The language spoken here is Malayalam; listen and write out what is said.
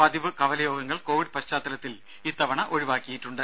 പതിവ് കവലയോഗങ്ങൾ കോവിഡ് പശ്ചാത്തലത്തിൽ ഇത്തവണ ഒഴിവാക്കിയിട്ടുണ്ട്